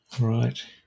Right